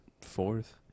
fourth